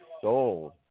sold